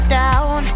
down